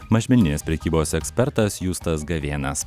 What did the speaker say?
mažmeninės prekybos ekspertas justas gavėnas